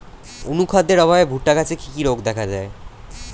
অনুখাদ্যের অভাবে ভুট্টা গাছে কি কি রোগ দেখা যায়?